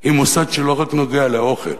היא מוסד שלא רק נוגע לאוכל,